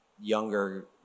younger